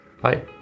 Bye